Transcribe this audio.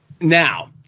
Now